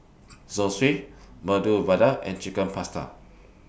Zosui Medu Vada and Chicken Pasta